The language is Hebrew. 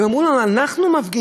הן אמרו לי: אנחנו מפגינות?